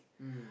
mm